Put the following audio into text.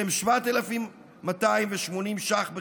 שהם 7,280 שקלים בחודש,